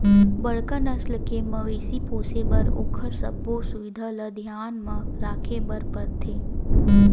बड़का नसल के मवेशी पोसे बर ओखर सबो सुबिधा ल धियान म राखे बर परथे